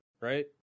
right